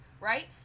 right